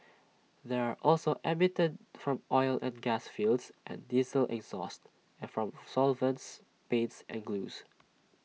they are also emitted from oil and gas fields and diesel exhaust and from solvents paints and glues